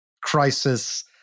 crisis